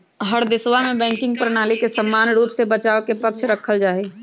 हर देशवा में बैंकिंग प्रणाली के समान रूप से बचाव के पक्ष में रखल जाहई